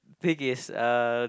thing is uh